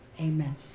Amen